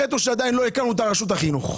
החטא הוא שעדיין לא הקמנו את רשות החינוך.